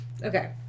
okay